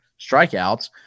strikeouts